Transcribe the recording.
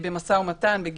במשא ומתן, בגישור,